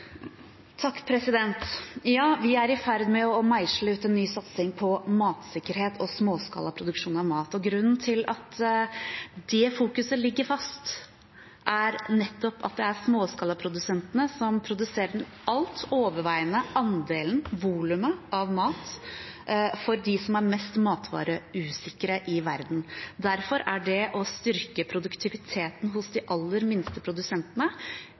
Ja, vi er i ferd med å meisle ut en ny satsing på matsikkerhet og småskalaproduksjon av mat. Grunnen til at det fokuset ligger fast, er nettopp at det er småskalaprodusentene som produserer den alt overveiende andelen, volumet, av mat for dem som opplever mest matvareusikkerhet i verden. Derfor er det å styrke produktiviteten hos de aller minste produsentene